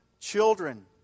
children